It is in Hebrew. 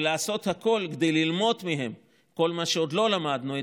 וגם לעשות הכול כדי ללמוד מהם כל מה שעוד לא למדנו,